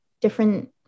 different